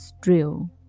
drill